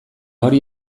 hori